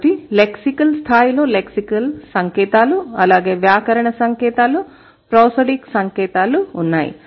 కాబట్టి లెక్సికల్ స్థాయిలో లెక్సికల్ సంకేతాలు అలాగే వ్యాకరణ సంకేతాలు ప్రోసోడిక్ సంకేతాలు ఉన్నాయి